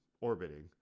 orbiting